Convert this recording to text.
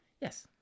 Yes